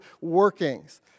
workings